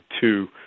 two